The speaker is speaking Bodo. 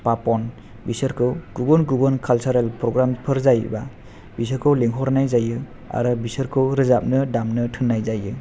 फापन बिसोरखौ गुबुन गुबुन खालसारेल फ्रग्रामफोर जायोबा बिसोरखौ लिंहरनाय जायो आरो बिसोरखौ रोजाबनो दामनो थिननाय जायो